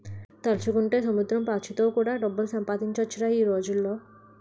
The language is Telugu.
తలుచుకుంటే సముద్రం పాచితో కూడా డబ్బులు సంపాదించొచ్చురా ఈ రోజుల్లో